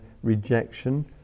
rejection